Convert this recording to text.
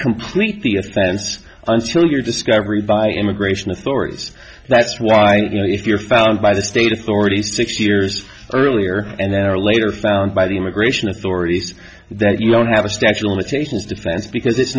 complete the offense until your discovery by immigration authorities that's why you know if you're found by the state authorities six years earlier and then are later found by the immigration authorities that you don't have a statue limitations defense because it's